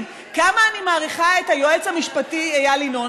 כמה אני מעריכה את היועץ המשפטי איל ינון,